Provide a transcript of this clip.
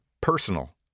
personal